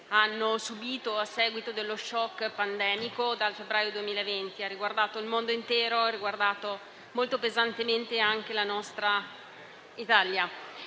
hanno subìto a seguito dello *shock* pandemico dal febbraio 2020. La situazione ha riguardato il mondo intero e ha riguardato molto pesantemente anche la nostra Italia.